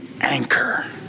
anchor